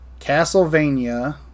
castlevania